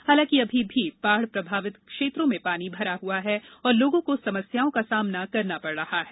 हालांकि अभी भी बाढ़ प्रभावित क्षेत्रों में पानी भरा हुआ है और लोगों को समस्याओं का सामना करना पड़ रहा है